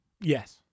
Yes